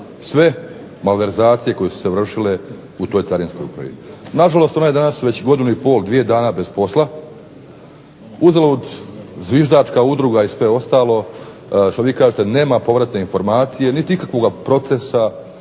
sve malverzacije koje su se vršile u toj Carinskoj upravi. Nažalost, ona je danas već godinu i pol, dvije dana, bez posla. Uzalud zviždačka udruga i sve ostalo što vi kažete nema povratne informacije niti ikakvoga procesa